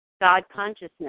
God-consciousness